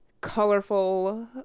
colorful